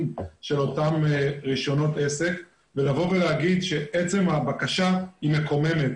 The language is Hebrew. של אותם רישיונות עסק ולהגיד שעצם הבקשה היא מקוממת,